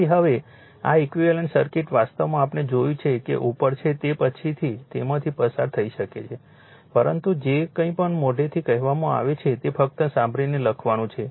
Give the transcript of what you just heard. તેથી હવે આ ઈક્વિવેલન્ટ સર્કિટ વાસ્તવમાં આપણે જોયું છે કે ઉપર છે તે પછીથી તેમાંથી પસાર થઈ શકે છે પરંતુ જે કંઈ પણ મોઢેથી કહેવામાં આવે છે તે ફક્ત સાંભળીને લખવાનું છે